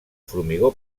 formigó